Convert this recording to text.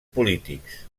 polítics